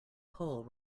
pole